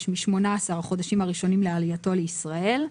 מ-18 החודשים הראשונים לעלייתו לישראל,